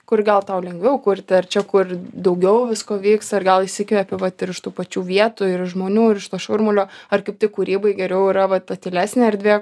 kur gal tau lengviau kurti ar čia kur daugiau visko vyksta ir gal įsikvepi vat ir iš tų pačių vietų ir žmonių ir iš to šurmulio ar kaip tik kūrybai geriau yra va ta tylesnė erdvė